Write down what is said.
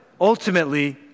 ultimately